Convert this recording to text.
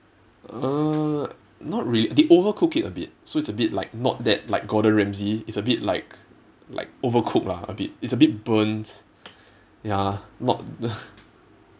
uh not rea~ they overcook it a bit so it's a bit like not that like gordon ramsay it's a bit like like overcook lah a bit it's a bit burnt ya not